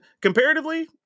comparatively